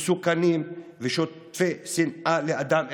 מסוכנים ושטופי שנאה לאדם אחד,